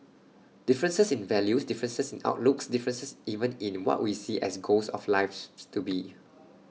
differences in values differences in outlooks differences even in what we see as goals of lives to be